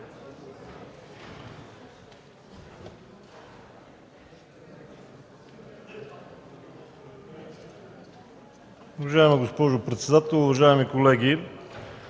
Уважаема госпожо председател, уважаеми колеги!